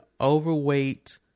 overweight